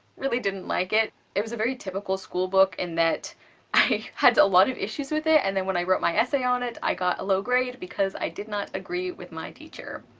really didn't like it. it was a very typical school book in that i had a lot of issues with it and then when i wrote my essay on it i got a low grade because i did not agree with my teacher.